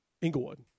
Inglewood